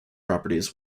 properties